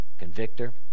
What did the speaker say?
convictor